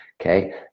okay